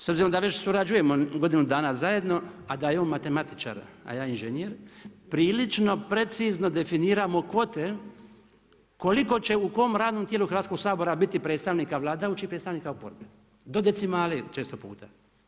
S obzirom da već surađujemo godinu dana zajedno, a da je on matematičar, a ja inženjer, prilično precizno definiramo kvote, koliko će u kojem radnom tijelu Hrvatskog sabora biti predstavnika vladajućih i predstavnika oporbe, do decimale često puta.